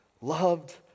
loved